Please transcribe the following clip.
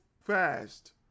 fast